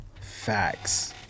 Facts